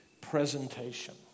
presentation